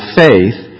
faith